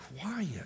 quiet